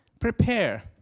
Prepare